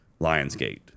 Lionsgate